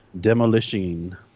demolishing